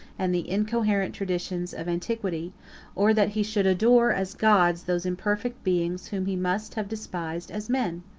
and the incoherent traditions of antiquity or that he should adore, as gods, those imperfect beings whom he must have despised, as men?